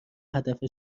هدف